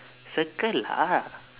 circle lah